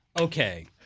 okay